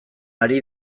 ari